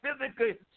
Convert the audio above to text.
physically